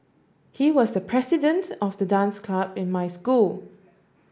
he was the president of the dance club in my school